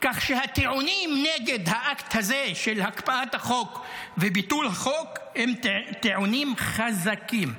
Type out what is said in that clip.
הטיעונים נגד האקט הזה של הקפאת החוק וביטול החוק הם טיעונים חזקים.